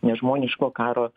nežmoniško karo